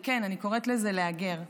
וכן, אני קוראת לזה להגר.